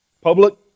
public